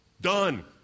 Done